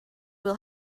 will